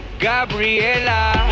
Gabriela